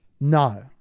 No